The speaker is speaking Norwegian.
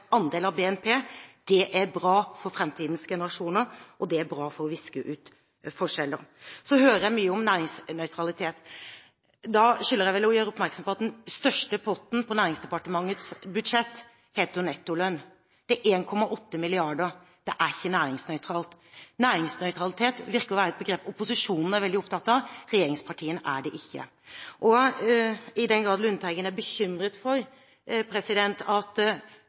andel av BNP. Det er bra for framtidens generasjoner, og det er bra for å viske ut forskjeller. Så hører jeg mye om næringsnøytralitet. Da skylder jeg å gjøre oppmerksom på at den største potten på næringsdepartementets budsjett heter nettolønn. Den er på 1,8 mrd. kr. Det er ikke næringsnøytralt. Næringsnøytralitet virker å være et begrep opposisjonen er veldig opptatt av. Regjeringspartiene er det ikke. Og i den grad Lundteigen er bekymret for at